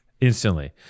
instantly